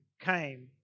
came